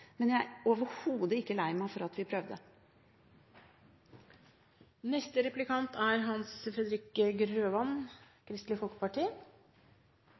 men jeg er overhodet ikke lei meg for at vi prøvde. Vi er